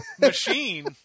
machine